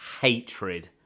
hatred